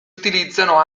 utilizzano